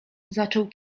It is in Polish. zaczął